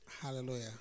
Hallelujah